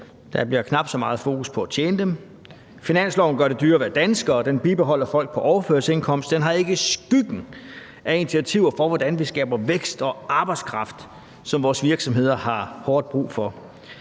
der er knap så meget fokus på at tjene dem. Finansloven gør det dyrere at være dansker, og den bibeholder folk på overførselsindkomst. Den har ikke skyggen af initiativer, i forhold til hvordan vi skaber vækst og arbejdskraft, som vores virksomheder har hårdt brug for.